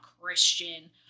christian